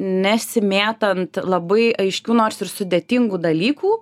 nesimėtant labai aiškių nors ir sudėtingų dalykų